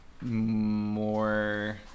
more